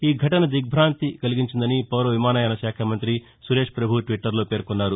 ఈఘటన దిగ్బాంతి కలిగించిందని పౌర విమానయాన శాఖ మంతి సురేష్ ప్రభు ట్విట్టర్లో పేర్కొన్నారు